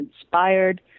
inspired